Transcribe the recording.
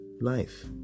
life